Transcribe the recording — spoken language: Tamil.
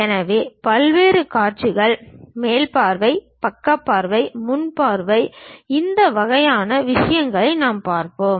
எனவே வெவ்வேறு காட்சிகள் மேல் பார்வை பக்க பார்வை முன் பார்வை இந்த வகையான விஷயங்களை நாம் பார்ப்போம்